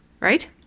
right